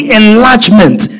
enlargement